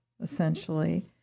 essentially